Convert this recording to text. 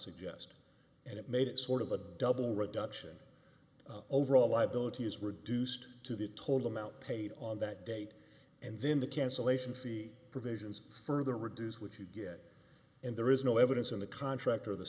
suggest and it made it sort of a double reduction overall liability is reduced to the total amount paid on that date and then the cancellation fee provisions further reduced which you get and there is no evidence in the contract or the